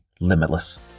limitless